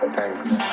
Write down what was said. Thanks